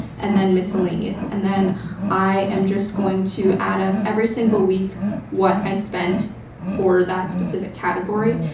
and then miscellaneous. and then i am just going to add up every single week what i spent for that specific category.